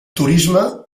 turisme